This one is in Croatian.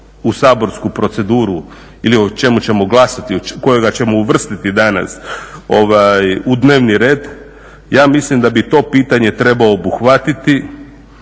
u saborsku proceduru ili o čemu ćemo glasati, kojega ćemo uvrstiti danas u dnevni red, ja mislim da bi to pitanje trebao obuhvatiti